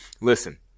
listen